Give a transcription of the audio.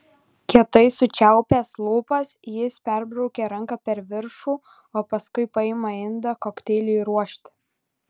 kietai sučiaupęs lūpas jis perbraukia ranka per viršų o paskui paima indą kokteiliui ruošti